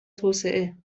توسعه